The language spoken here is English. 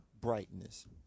brightness